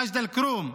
במג'ד אל-כרום.